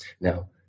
Now